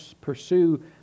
pursue